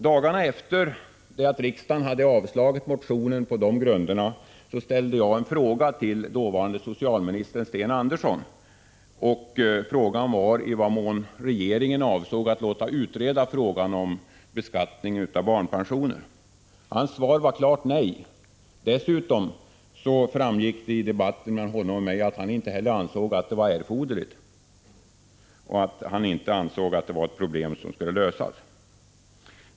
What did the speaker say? Dagarna efter det att riksdagen hade avslagit motionen på de grunderna ställde jag en fråga till dåvarande socialministern, Sten Andersson, om regeringen avsåg att låta utreda frågan om beskattning av barnpensioner. Hans svar var ett klart nej. Dessutom framgick det i debatten mellan honom och mig att han inte ansåg att det var erforderligt och att han inte heller ansåg att det var ett problem som borde lösas.